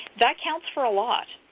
that counts for a lot.